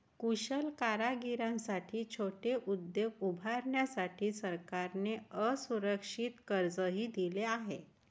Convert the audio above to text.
कुशल कारागिरांसाठी छोटे उद्योग उभारण्यासाठी सरकारने असुरक्षित कर्जही दिले आहे